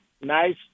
nice